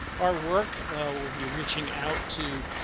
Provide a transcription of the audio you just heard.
our work will be reaching out to.